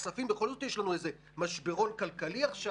כספים בכל זאת יש לנו איזה משברון כלכלי עכשיו,